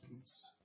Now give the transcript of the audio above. peace